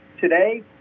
today